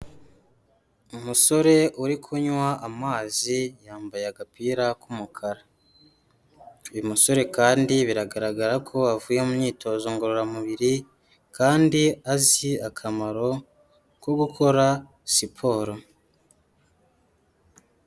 Umusore uri kunywa amazi yambaye agapira k'umukara, uyu musore kandi biragaragara ko avuye mu myitozo ngororamubiri kandi azi akamaro ko gukora siporo.